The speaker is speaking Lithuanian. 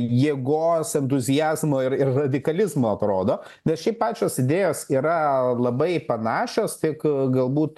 jėgos entuziazmo ir ir radikalizmo atrodo bet šiaip pačios idėjos yra labai panašūs tik galbūt